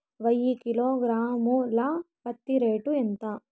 వెయ్యి కిలోగ్రాము ల పత్తి రేటు ఎంత?